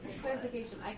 clarification